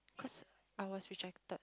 cause I was rejected